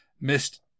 missed